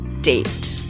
date